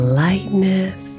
lightness